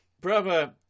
brother